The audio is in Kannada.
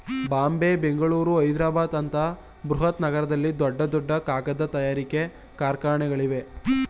ಬಾಂಬೆ, ಬೆಂಗಳೂರು, ಹೈದ್ರಾಬಾದ್ ಅಂತ ಬೃಹತ್ ನಗರಗಳಲ್ಲಿ ದೊಡ್ಡ ದೊಡ್ಡ ಕಾಗದ ತಯಾರಿಕೆ ಕಾರ್ಖಾನೆಗಳಿವೆ